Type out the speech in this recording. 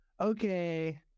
Okay